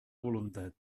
voluntat